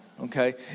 okay